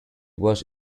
was